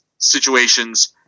situations